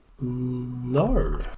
no